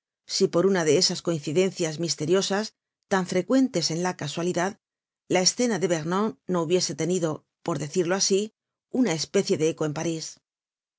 si por una de esas coincidencias misteriosas tan frecuentes en la casualidad la escena de vernon no hubiese tenido por decirlo asi una especie de eco en parís